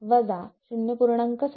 17 V